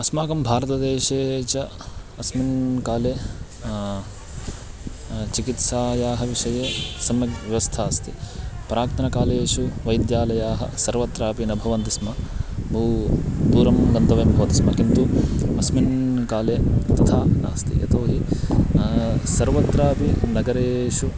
अस्माकं भारतदेशे च अस्मिन् काले चिकित्सायाः विषये सम्यक् व्यवस्था अस्ति प्राक्तनकालेषु वैद्यालयाः सर्वत्रापि न भवन्ति स्म बहु दूरं गन्तव्यं भवति स्म किन्तु अस्मिन् काले तथा नास्ति यतो हि सर्वत्रापि नगरेषु